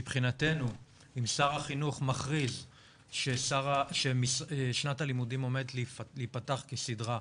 מבחינתנו אם שר החינוך מכריז ששנת הלימודים עומדת להיפתח כסדרה,